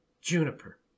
Juniper